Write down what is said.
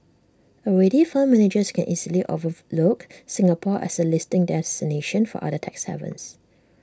already fund managers can easily overlook Singapore as A listing destination for other tax havens